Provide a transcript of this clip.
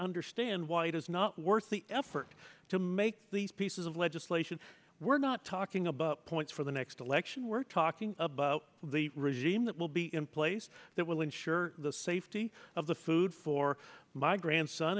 understand why it is not worth the effort to make these pieces of legislation we're not talking about points for the next election we're talking about the regime that will be in place that will ensure the safety of the food for my grandson